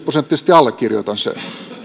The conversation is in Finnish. prosenttisesti allekirjoitan sen